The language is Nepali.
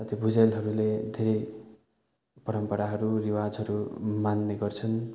साथै भुजेलहरूले धेरै परम्पराहरू रिवाजहरू मान्ने गर्छन्